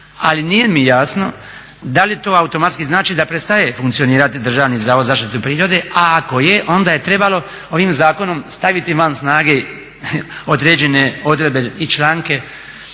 ali nije mi jasno da li to automatski znači da prestaje funkcionirati Državni zavod za zaštitu prirode, a ako je onda je trebalo ovim zakonom staviti van snage određene odredbe i članke